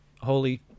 holy